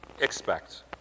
expect